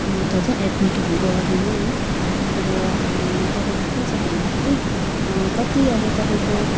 नत्र चाहिँ एड्मिटहरू गर्दैन है र तपाईँको के छ भन्दाखेरि कति अब तपाईँको